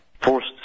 Forced